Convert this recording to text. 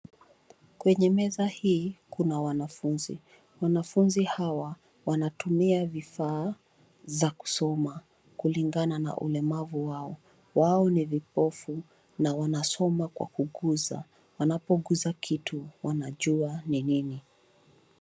Kwenye meza hii kuna wanafunzi, wanafunzi hawa wanatumia vifaa za kusoma kulingana na ulemavu wao. Wao ni vipofu na wanasoma kwa kugusa; wanapogusa kitu wanajua ni nini.